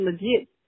legit